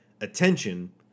attention